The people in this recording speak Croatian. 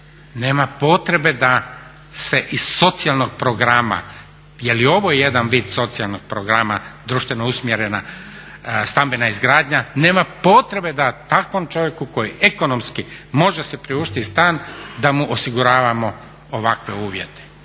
nema potrebe da se iz socijalnog programa, jer i ovo je jedan vid socijalnog programa, društveno usmjerena stambena izgradnja, nema potrebe da takvom čovjeku koji ekonomski može si priuštiti stan da mu osiguravamo ovakve uvjete.